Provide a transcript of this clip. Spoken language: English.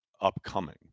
upcoming